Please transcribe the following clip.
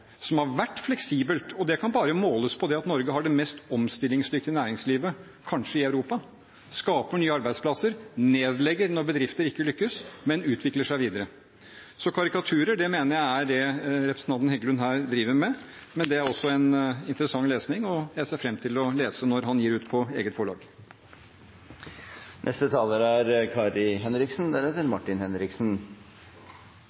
som har vært fleksibelt. Det kan bare måles på det at Norge har det kanskje mest omstillingsdyktige næringslivet i Europa, skaper nye arbeidsplasser, nedlegger når bedrifter ikke lykkes, men utvikler seg videre. Karikaturer mener jeg er det representanten Heggelund her driver med, men det er også interessant lesning, og jeg ser fram til å lese når han gir ut på eget forlag.